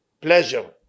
pleasure